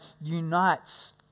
unites